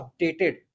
updated